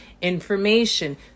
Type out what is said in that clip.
information